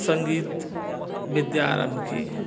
संगीत विद्या आरम्भ की